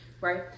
right